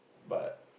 but